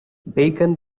bacon